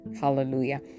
hallelujah